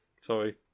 Sorry